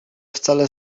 wcale